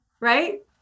right